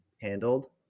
handled